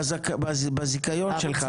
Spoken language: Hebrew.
בזיכיון שלך.